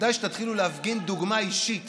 כדאי שתתחילו להפגין דוגמה אישית